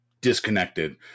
disconnected